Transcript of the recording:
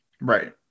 Right